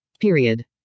Period